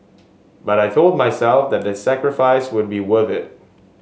but I told myself that the sacrifice would be worth it